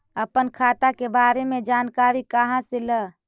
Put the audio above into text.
अपन खाता के बारे मे जानकारी कहा से ल?